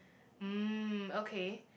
mm okay